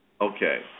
Okay